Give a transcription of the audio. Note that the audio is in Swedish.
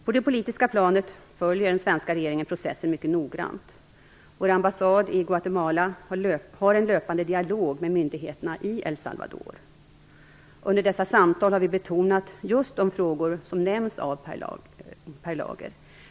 På det politiska planet följer den svenska regeringen processen mycket noggrant. Vår ambassad i Guatemala har en löpande dialog med myndigheterna i El Salvador. Under dessa samtal har vi betonat just de frågor som nämns av Per Lager.